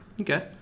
Okay